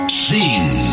sing